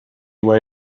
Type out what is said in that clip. way